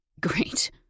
Great